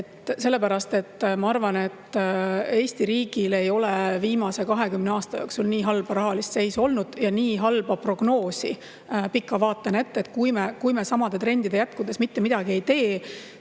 sellepärast, et ma arvan, et Eesti riigil ei ole viimase 20 aasta jooksul olnud nii halba rahalist seisu ja nii halba prognoosi pika vaatena. Kui me samade trendide jätkudes mitte midagi ei tee,